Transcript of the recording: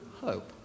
hope